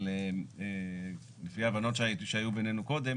אבל לפי ההבנות שהיו בינינו קודם